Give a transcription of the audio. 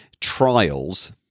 trials